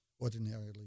ordinarily